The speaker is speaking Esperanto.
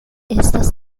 estas